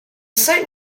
site